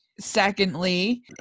secondly